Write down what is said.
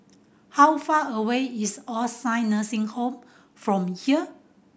how far away is All Saint Nursing Home from here